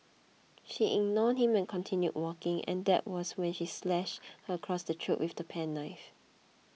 she ignored him and continued walking and that was when he slashed her across the throat with the penknife